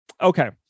Okay